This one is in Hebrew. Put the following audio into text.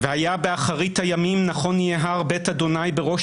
"והיה באחרית הימים נכון יהיה הר בין ה' בראש